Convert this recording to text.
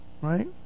right